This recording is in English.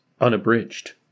unabridged